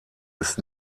ist